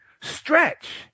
Stretch